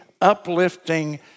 uplifting